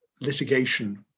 litigation